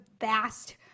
vast